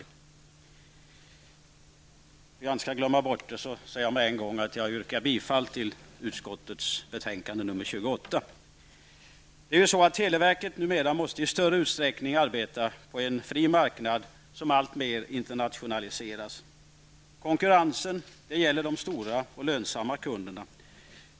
För att jag inte skall glömma bort det yrkar jag redan nu bifall till hemställan i utskottets betänkande 28. Televerket måste numera i större utsträckning arbeta på en fri marknad som alltmer internationaliseras. Konkurrensen gäller de stora och lönsamma kunderna.